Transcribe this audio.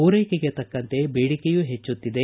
ಪೂರೈಕೆಗೆ ತಕ್ಕಂತೆ ಬೇಡಿಕೆಯೂ ಹೆಚ್ಚಾಗುತ್ತಿದೆ